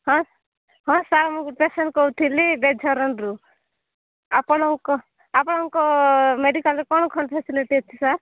ହଁ ହଁ ସାର୍ ମୁଁ ପେସେଣ୍ଟ୍ କହୁଥୁଲି ବେଝରନରୁ ଆପଣଙ୍କ ଆପଣଙ୍କ ମେଡ଼ିକାଲ୍ରେ କ'ଣ କ'ଣ ଫେସିଲିଟି ଅଛି ସାର୍